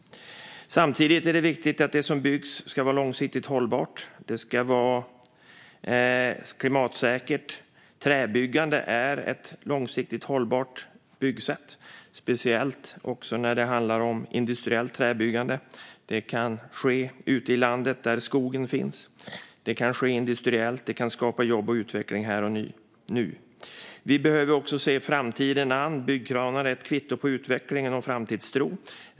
Samtidigt är det viktigt att det som byggs är långsiktigt och hållbart. Det ska vara klimatsäkert. Träbyggande är ett långsiktigt hållbart byggsätt, speciellt industriellt träbyggande. Det kan ske ute i landet, där skogen finns, och skapa jobb och utveckling här och nu. Vi behöver också se framtiden an. Byggkranar är ett kvitto på utveckling och framtidstro.